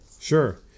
Sure